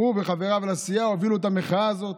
הוא וחבריו לסיעה הובילו את המחאה הזאת.